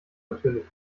natürlich